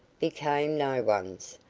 became no one's,